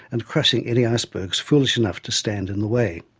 and crushing any icebergs foolish enough to stand in the way.